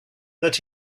that